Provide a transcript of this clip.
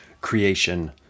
creation